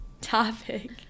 topic